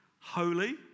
Holy